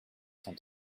cent